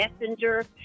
Messenger